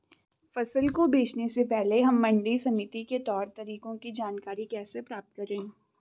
फसल को बेचने से पहले हम मंडी समिति के तौर तरीकों की जानकारी कैसे प्राप्त करें?